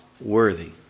worthy